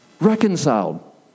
Reconciled